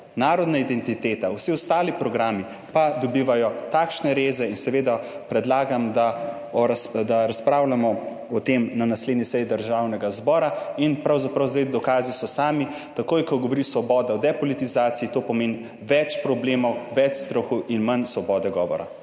narodna identiteta, vsi ostali programi pa dobivajo takšne reze. Predlagam, da razpravljamo o tem na naslednji seji Državnega zbora. Dokazi so pravzaprav sami, takoj ko govori Svoboda o depolitizaciji, to pomeni več problemov, več strahu in manj svobode govora.